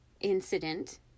incident